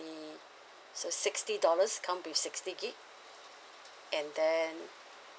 so sixty dollars come with sixty gig and then